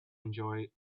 enjoy